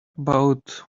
about